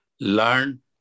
learn